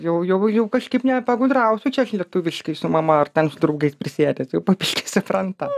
jau jau jau kažkaip nepagudrausiu čia aš lietuviškai su mama ar ten su draugais prisėdęs jau po biškį supranta